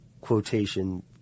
quotation